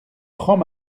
francs